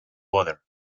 water